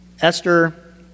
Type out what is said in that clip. Esther